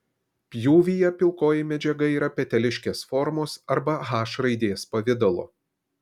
pjūvyje pilkoji medžiaga yra peteliškės formos arba h raidės pavidalo